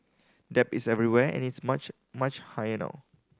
debt is everywhere and it's much much higher now